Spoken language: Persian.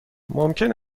ممکن